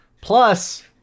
plus